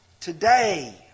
today